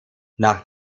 nach